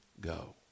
go